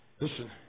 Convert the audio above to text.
Listen